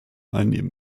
einnehmen